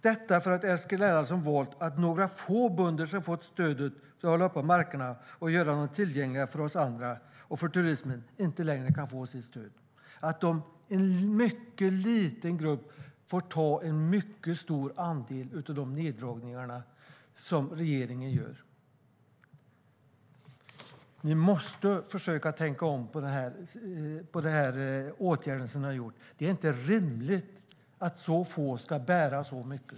Detta händer för att Eskil Erlandsson har valt att några få bönder som har fått stöd för att hålla markerna öppna och göra dem tillgängliga för oss andra och för turismen inte längre kan få sitt stöd. En mycket liten grupp får ta en mycket stor andel av de neddragningar regeringen gör. Ni måste försöka tänka om med den åtgärd ni har vidtagit. Det är inte rimligt att så få ska bära så mycket.